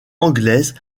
anglaises